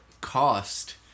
cost